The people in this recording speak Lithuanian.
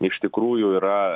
iš tikrųjų yra